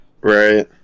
Right